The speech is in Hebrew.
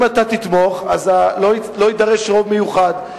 אם אתה תתמוך, לא יידרש רוב מיוחד.